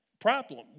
problem